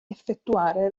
effettuare